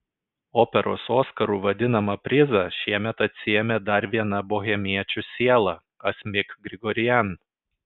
operos oskaru vadinamą prizą šiemet atsiėmė dar viena bohemiečių siela asmik grigorian